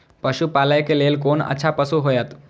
पशु पालै के लेल कोन अच्छा पशु होयत?